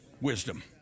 Wisdom